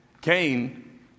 Cain